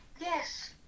Yes